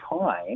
time